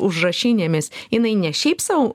užrašinėmis jinai ne šiaip sau